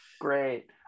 great